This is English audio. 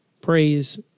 Praise